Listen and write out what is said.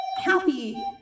happy